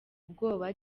ubwoba